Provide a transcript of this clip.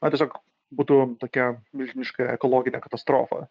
na tiesiog būtų tokia milžiniška ekologinė katastrofa